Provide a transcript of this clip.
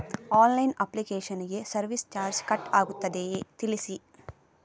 Online application ಗೆ service charge cut ಆಗುತ್ತದೆಯಾ ತಿಳಿಸಿ?